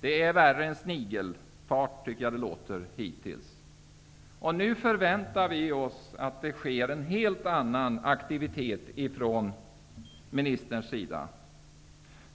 Det är värre än snigelfart, tycker jag att det låter hittills. Nu förväntar vi oss att det sker en helt annan aktivitet från ministerns sida.